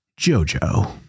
JoJo